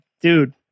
dude